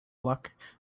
luck